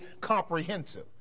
comprehensive